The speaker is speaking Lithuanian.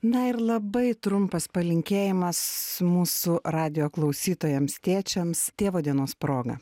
na ir labai trumpas palinkėjimas mūsų radijo klausytojams tėčiams tėvo dienos proga